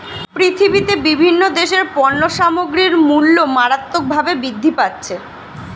পৃথিবীতে বিভিন্ন দেশের পণ্য সামগ্রীর মূল্য মারাত্মকভাবে বৃদ্ধি পাচ্ছে